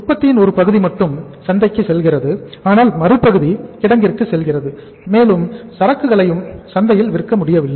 உற்பத்தியின் ஒரு பகுதி மட்டும் சந்தைக்கு செல்கிறது ஆனால் மறுபகுதி கிடங்கிற்கு செல்கிறது மேலும் சரக்குகளையும் சந்தையில் விற்க முடியவில்லை